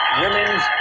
Women's